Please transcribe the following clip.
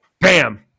Bam